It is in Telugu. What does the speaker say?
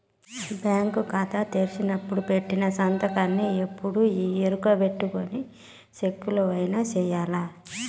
బ్యాంకు కాతా తెరిసినపుడు పెట్టిన సంతకాన్నే ఎప్పుడూ ఈ ఎరుకబెట్టుకొని సెక్కులవైన సెయ్యాల